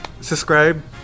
subscribe